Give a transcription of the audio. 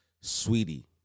Sweetie